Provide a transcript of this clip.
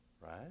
Right